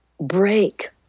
break